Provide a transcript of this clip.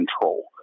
control